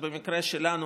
שבמקרה שלנו,